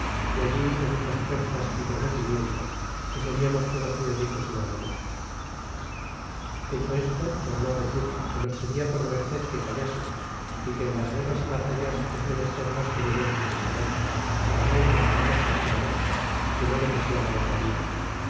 y allí hizo muchas ofertas y prometimientos que seriamos todos muy ricos y valerosos hecho esto tornó á decir que nos pedia por merced que callásemos y que en las guerras y batallas es menester mas prudencia y saber para bien vencer los contrarios que no demasiada osadía